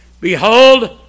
Behold